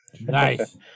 Nice